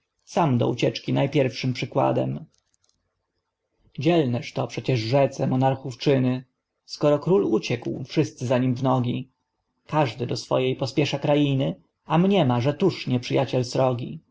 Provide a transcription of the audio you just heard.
sam do ucieczki najpierwszym przykładem dzielnażto przecie rzece monarchów czyny skoro krol uciekł wszyscy za nim w nogi każdy do swojej pośpiesza krainy a mniema że tuż nieprzyjaciel srogi